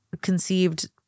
conceived